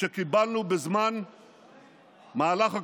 שקיבלנו במהלך הקורונה.